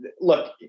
look